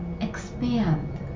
expand